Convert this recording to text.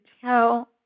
tell